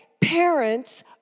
parents